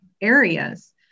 areas